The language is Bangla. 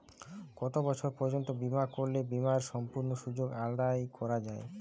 কত বছর পর্যন্ত বিমা করলে বিমার সম্পূর্ণ সুযোগ আদায় করা য়ায়?